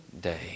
day